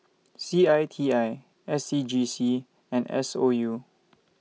C I T I S C G C and S O U